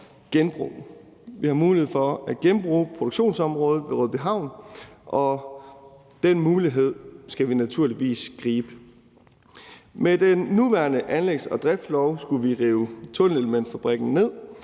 Vi har mulighed for at genbruge produktionsområdet ved Rødbyhavn, og den mulighed skal vi naturligvis gribe. Med den nuværende anlægs- og driftslov skulle vi rive tunnelelementfabrikken ned